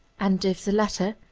and if the latter,